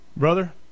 Brother